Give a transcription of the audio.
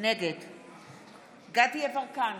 נגד דסטה גדי יברקן,